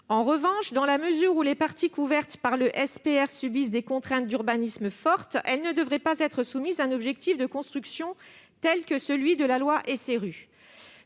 En revanche, dans la mesure où les parties couvertes par le SPR subissent des contraintes d'urbanisme fortes, elles ne devraient pas être soumises à un objectif de construction tel que celui de la loi SRU.